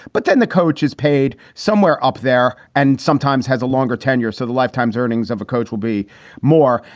but then the coach is paid somewhere up there and sometimes has a longer tenure. so the lifetime's earnings of a coach will be more.